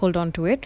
hold on to it